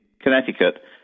Connecticut